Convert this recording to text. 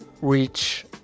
reach